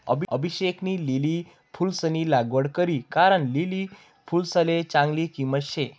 अभिषेकनी लिली फुलंसनी लागवड करी कारण लिली फुलसले चांगली किंमत शे